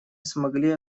смогли